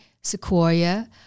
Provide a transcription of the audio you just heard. Sequoia